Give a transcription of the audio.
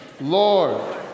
Lord